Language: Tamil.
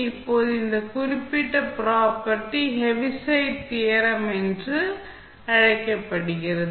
இப்போது இந்த குறிப்பிட்ட ப்ராப்பர்ட்டி ஹெவிசைட் தியரம் என்று அழைக்கப்படுகிறது